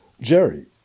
Jerry